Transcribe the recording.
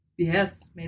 Yes